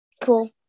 cool